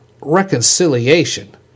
reconciliation